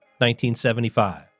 1975